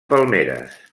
palmeres